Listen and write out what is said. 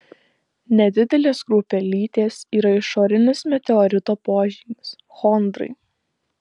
nedidelės kruopelytės yra išorinis meteorito požymis chondrai